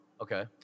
Okay